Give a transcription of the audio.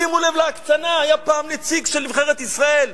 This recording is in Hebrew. שימו לב להקצנה, הוא היה פעם נציג של נבחרת ישראל,